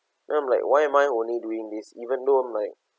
then I'm like why am I only doing this even though I'm like